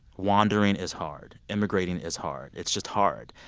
wandering is hard. emigrating is hard. it's just hard.